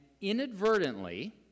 inadvertently